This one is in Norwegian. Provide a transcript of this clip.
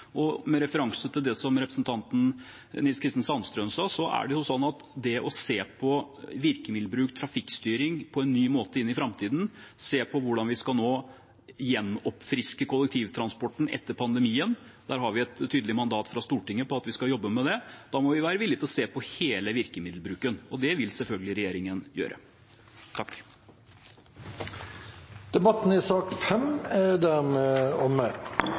Og med referanse til det som representanten Nils Kristen Sandtrøen sa, har vi, når det gjelder det å se på virkemiddelbruk og trafikkstyring på en ny måte inn i framtiden, og se på hvordan vi skal gjenoppfriske kollektivtransporten etter pandemien, et tydelig mandat fra Stortinget om at vi skal jobbe med det. Da må vi være villige til å se på hele virkemiddelbruken, og det vil selvfølgelig regjeringen gjøre. Interpellasjonsdebatten er dermed avsluttet. Utdanning er